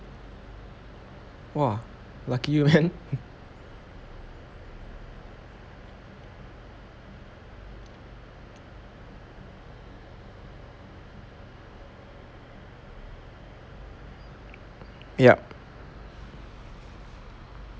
!wah! lucky you man yup